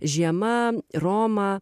žiema roma